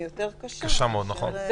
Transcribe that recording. לבד היא יותר קשה מאשר כשיש מישהו לצידו.